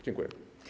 Dziękuję.